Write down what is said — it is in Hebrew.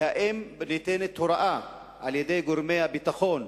והאם ניתנת הוראה על-ידי גורמי הביטחון,